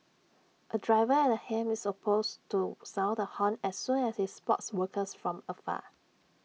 A driver at the helm is also supposed to sound the horn as soon as he spots workers from afar